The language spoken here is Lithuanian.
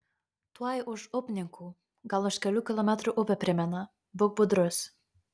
tuoj už upninkų gal už kelių kilometrų upė primena būk budrus